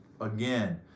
again